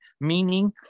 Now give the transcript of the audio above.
meaning